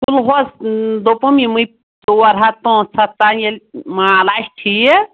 کُلہوس دوٚپُم یِمٕے ژور ہَتھ پانٛژھ ہَتھ تام ییٚلہِ مال آسہِ ٹھیٖک